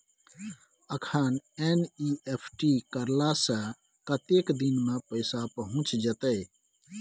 अखन एन.ई.एफ.टी करला से कतेक दिन में पैसा पहुँच जेतै?